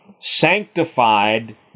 sanctified